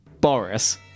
Boris